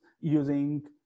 using